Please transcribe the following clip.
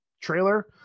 trailer